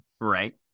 Right